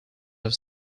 have